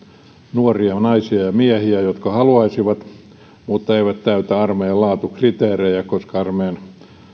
nuoria naisia ja miehiä jotka haluaisivat mutta eivät täytä armeijan laatukriteerejä koska armeijan